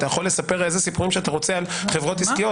אתה יכול לספר מה שאתה רוצה על חברות עסקיות